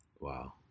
wow